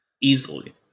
Easily